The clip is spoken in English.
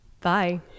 Bye